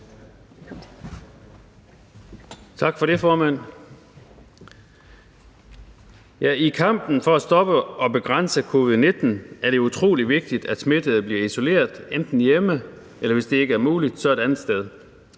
I kampen for at stoppe og begrænse covid-19 er det utrolig vigtigt, at smittede bliver isoleret enten hjemme, eller, hvis det ikke er muligt, et andet sted.